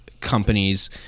companies